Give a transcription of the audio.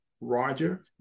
Roger